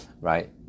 right